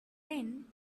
then